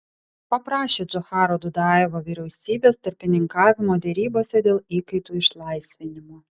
paprašė džocharo dudajevo vyriausybės tarpininkavimo derybose dėl įkaitų išlaisvinimo